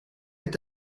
est